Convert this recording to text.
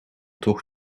toch